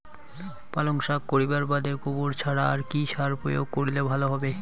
পালং শাক করিবার বাদে গোবর ছাড়া আর কি সার প্রয়োগ করিলে ভালো হবে?